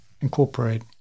incorporate